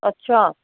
ਅੱਛਾ